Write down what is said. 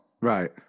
right